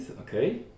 Okay